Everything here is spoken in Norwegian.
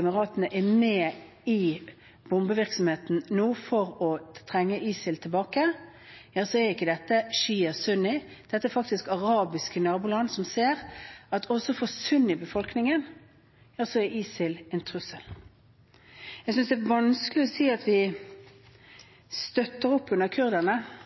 emirater er med i bombevirksomheten nå for å trenge ISIL tilbake, så er ikke dette sjia og sunni, dette er faktisk arabiske naboland som ser at også for sunnibefolkningen er ISIL en trussel. Jeg synes det er vanskelig å si at vi støtter opp under